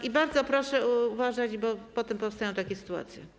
I bardzo proszę uważać, bo potem powstają takie sytuacje.